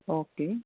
okay